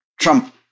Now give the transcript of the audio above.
trump